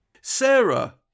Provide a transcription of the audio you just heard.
Sarah